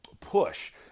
push